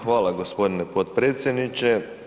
Hvala gospodine potpredsjedniče.